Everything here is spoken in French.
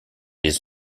les